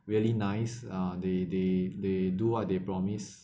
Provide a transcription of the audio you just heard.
really nice uh they they they do what they promise